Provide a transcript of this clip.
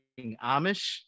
Amish